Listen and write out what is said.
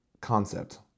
concept